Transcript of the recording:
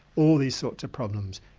all these sorts of problems.